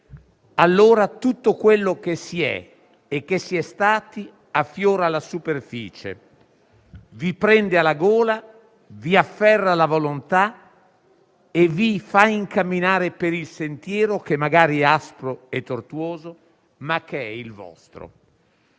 Allora tutto quello che si è e che si è stati affiora alla superficie, vi prende alla gola, vi afferra la volontà e vi fa incamminare per il sentiero, che magari è aspro e tortuoso, ma che è il vostro.